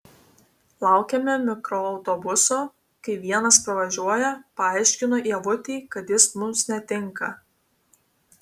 laukiame mikroautobuso kai vienas pravažiuoja paaiškinu ievutei kad jis mums netinka